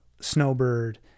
Snowbird